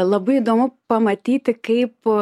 labai įdomu pamatyti kaip